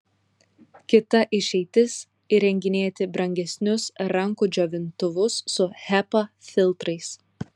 kita išeitis įrenginėti brangesnius rankų džiovintuvus su hepa filtrais